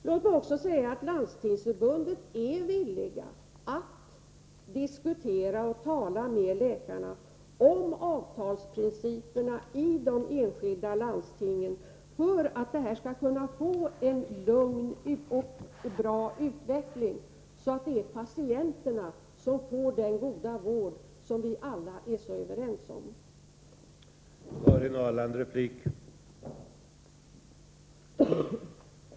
Låt mig även säga att Landstingsförbundet är villigt att diskutera med läkarna om avtalsprinciperna i de enskilda landstingen för att det skall bli en lugn och bra utveckling, så att patienterna får den goda vård som vi alla är överens om att de skall ha.